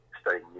studying